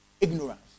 Ignorance